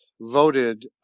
voted